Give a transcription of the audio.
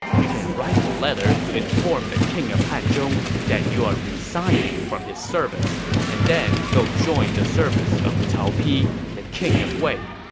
you can write a letter to inform the king of hanzhong that you are resigning from his service and then go join the service of cao pi, the king of wei.